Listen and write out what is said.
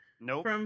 Nope